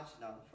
now